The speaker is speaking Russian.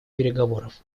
переговоров